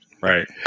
Right